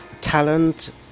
talent